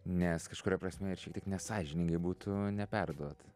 nes kažkuria prasme ir šiek tiek nesąžiningai būtų neperduot